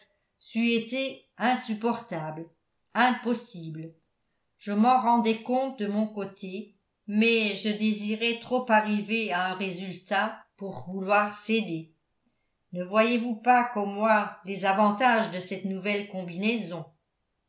c'eût été insupportable impossible je m'en rendais compte de mon côté mais je désirais trop arriver à un résultat pour vouloir céder ne voyez-vous pas comme moi les avantages de cette nouvelle combinaison